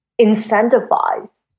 incentivize